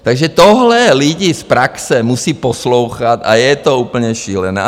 Takže tohle lidi z praxe musí poslouchat a je to úplně šílené.